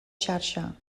xarxa